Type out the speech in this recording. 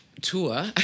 tour